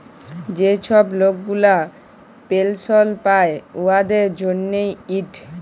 যে ছব লক গুলা পেলসল পায় উয়াদের জ্যনহে ইট